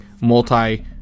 multi